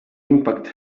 impact